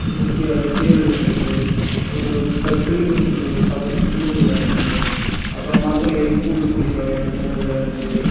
சுற்றி சுற்றி வரது தேர் இழுக்குறது ஒரு ஒரு க பில்லுக்கூட்டினு சொல்லக்கூடிய கபடி பில்லுக்கூட்டி விளையாடுறது அப்புறம் மரத்தில் ஏறி கூல் குடிக்கிற விளையாட்டு இந்த மாரி விளையாடுறது